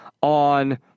on